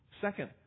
Second